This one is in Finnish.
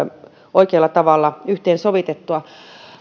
oikealla tavalla yhteensovitettua